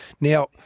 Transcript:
Now